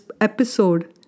episode